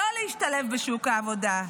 לא להשתלב בשוק העבודה.